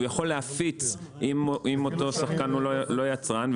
הוא יכול להפיץ אם אותו שחקן הוא לא יצרן,